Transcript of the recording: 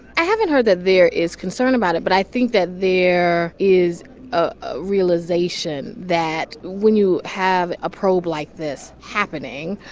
i haven't heard that there is concern about it, but i think that there is a realization that when you have a probe like this happening,